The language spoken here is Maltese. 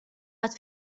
ħadd